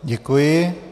Děkuji.